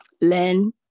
learn